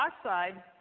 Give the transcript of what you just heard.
oxide